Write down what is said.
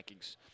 rankings